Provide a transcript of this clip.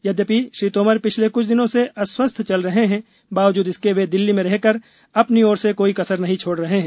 यद्यपि श्री तोमर पिछले क्छ दिनों से अस्वस्थ चल रहें हैं बावजूद इसके वे दिल्ली में रहकर अ नी ओर से कोई कसर नहीं छोड़ रहे हैं